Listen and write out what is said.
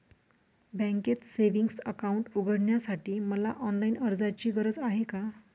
बँकेत savings account उघडण्यासाठी मला ऑनलाईन अर्जाची गरज आहे का?